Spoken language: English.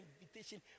invitation